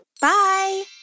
Bye